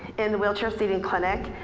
in the wheelchair seating clinic.